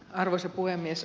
arvoisa puhemies